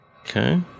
Okay